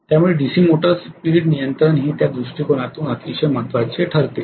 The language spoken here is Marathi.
त्यामुळे डीसी मोटर स्पीड नियंत्रण हे त्या दृष्टिकोनातून अतिशय महत्त्वाचे ठरते